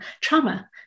trauma